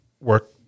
work